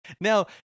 Now